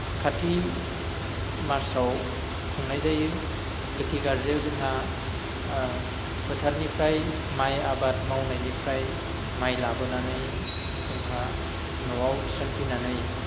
काति मासआव खुंनाय जायो लोखि गार्जायाव जोंहा फोथारनिफ्राय माइ आबाद मावनायनिफ्राय माइ लाबोनानै जोंहा न'आव थिसनफैनानै